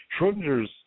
Schrodinger's